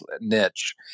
niche